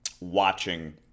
watching